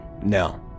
No